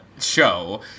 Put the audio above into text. show